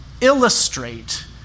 illustrate